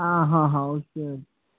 okay